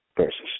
Versus